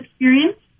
experience